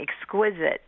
exquisite